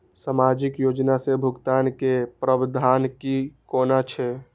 सामाजिक योजना से भुगतान के प्रावधान की कोना छै?